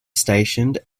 stationed